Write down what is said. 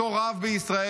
בתור רב בישראל,